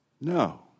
No